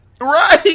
Right